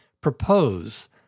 propose